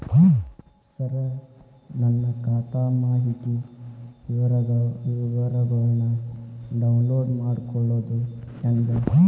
ಸರ ನನ್ನ ಖಾತಾ ಮಾಹಿತಿ ವಿವರಗೊಳ್ನ, ಡೌನ್ಲೋಡ್ ಮಾಡ್ಕೊಳೋದು ಹೆಂಗ?